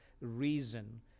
reason